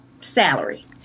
salary